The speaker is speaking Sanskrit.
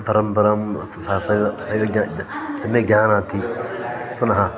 परम्परां सः सः सः एव सम्यक् जानाति पुनः